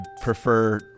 prefer